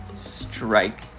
strike